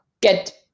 get